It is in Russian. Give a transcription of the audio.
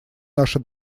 наша